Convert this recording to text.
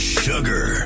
sugar